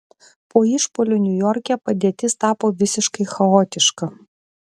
po išpuolių niujorke padėtis tapo visiškai chaotiška